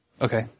Okay